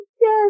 yes